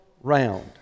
Round